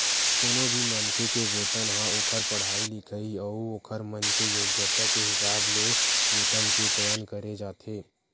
कोनो भी मनखे के वेतन ह ओखर पड़हाई लिखई अउ ओखर मन के योग्यता के हिसाब ले वेतन के चयन करे जाथे